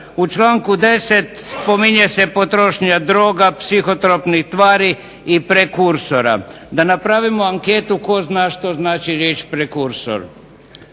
U članku 10. spominje se potrošnja droga, psihotropnih tvari i prekursora. DA napravimo anketu tko zna što znači riječ "prekursor".